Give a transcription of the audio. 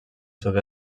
sud